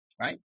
right